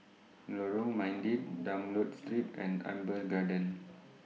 Lorong Mydin Dunlop Street and Amber Gardens